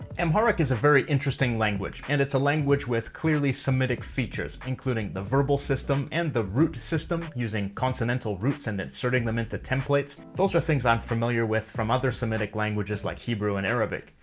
amharic is a very interesting language, and it's a language with clearly semitic features, including the verbal system and the root system using consonantal roots and inserting them into templates. those are things i'm familiar with from other semitic languages like hebrew and arabic.